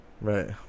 Right